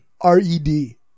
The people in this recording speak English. R-E-D